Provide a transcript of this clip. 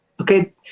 Okay